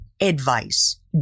advice